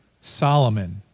Solomon